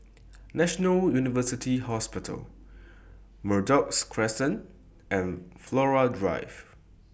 National University Hospital Merbok Crescent and Flora Drive